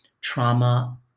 trauma